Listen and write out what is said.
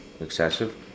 excessive